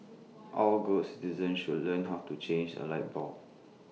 all good citizens should learn how to change A light bulb